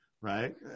Right